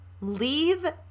leave